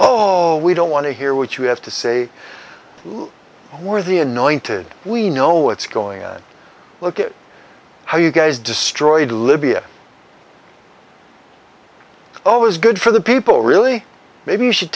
oh we don't want to hear what you have to say we're the anointed we know what's going on look at how you guys destroyed libya always good for the people really maybe you should